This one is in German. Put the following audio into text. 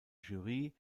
jury